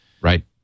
Right